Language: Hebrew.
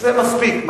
זה מספיק.